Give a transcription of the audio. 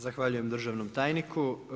Zahvaljujem državnom tajniku.